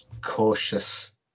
cautious